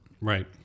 Right